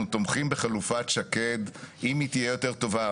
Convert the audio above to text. אנחנו תומכים בחלופת שקד, אם היא תהיה יותר טובה.